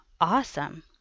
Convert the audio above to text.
awesome